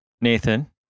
Nathan